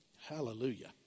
hallelujah